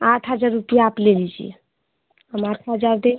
आठ हज़ार रुपया आप ले लीजिए हम आठ हज़ार देंगे